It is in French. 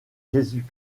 jésus